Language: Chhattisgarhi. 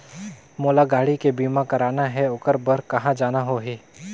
मोला गाड़ी के बीमा कराना हे ओकर बार कहा जाना होही?